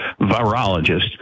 virologist